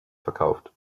verkauft